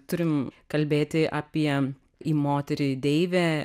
turim kalbėti apie į moterį deivę